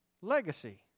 legacy